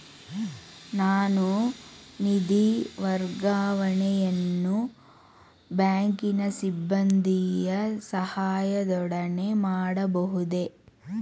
ನಾನು ನಿಧಿ ವರ್ಗಾವಣೆಯನ್ನು ಬ್ಯಾಂಕಿನ ಸಿಬ್ಬಂದಿಯ ಸಹಾಯದೊಡನೆ ಮಾಡಬಹುದೇ?